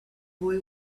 boy